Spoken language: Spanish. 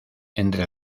entre